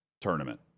tournament